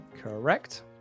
Correct